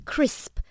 Crisp